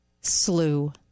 slew